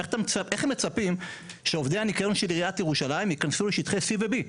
איך הם מצפים שעובדי הניקיון של עיריית ירושלים ייכנסו לשטחי C ו-B,